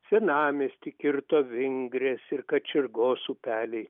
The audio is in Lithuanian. senamiestį kirto vingrės ir kačergos upeliai